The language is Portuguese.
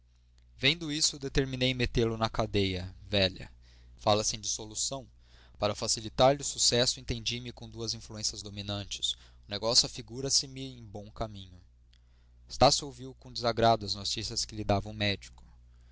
vendo isso determinei metê-lo na cadeia velha fala-se em dissolução para facilitar lhe o sucesso entendi me com duas influências dominantes o negócio afigura se me em bom caminho estácio ouviu com desagrado as notícias que lhe dava o médico